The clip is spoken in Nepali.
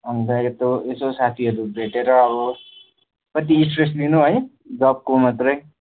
अन्त एतो यसो साथीहरू भेटेर अब कति स्ट्रेस लिनु है जबको मात्रै